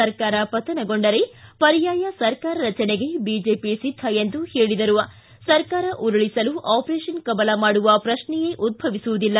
ಸರ್ಕಾರ ಪತನಗೊಂಡರೆ ಪರ್ಯಾಯ ಸರ್ಕಾರ ರಚನೆಗೆ ಬಿಜೆಪಿ ಸಿದ್ಧ ಎಂದು ಹೇಳಿದರು ಸರ್ಕಾರ ಉರುಳಿಸಲು ಆಪರೇತನ್ ಕಮಲ ಮಾಡುವ ಪ್ರಕ್ಷೆಯೇ ಉದ್ದವಿಸುವುದಿಲ್ಲ